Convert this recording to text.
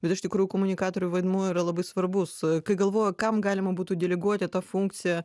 bet iš tikrųjų komunikatorių vaidmuo yra labai svarbus kai galvoju kam galima būtų deleguoti tą funkciją